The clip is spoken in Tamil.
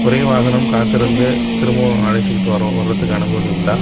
ஒரே வாகனம் காத்திருந்து திரும்பவும் அழைச்சுக்கிட்டு வர வரதுக்கு அனுமதி உண்டா